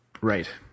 Right